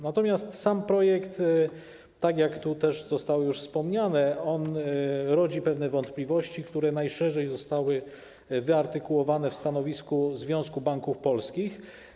Natomiast sam projekt, tak jak zostało już wspomniane, rodzi pewne wątpliwości, które najszerzej zostały wyartykułowane w stanowisku Związku Banków Polskich.